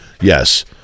yes